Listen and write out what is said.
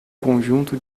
conjunto